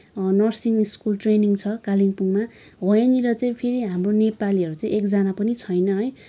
nursing school training छ कालिम्पोङमा हो यहाँनिर चाहिँ हाम्रो नेपालीहरू चाहिँ एकजना पनि छैन है